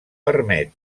permet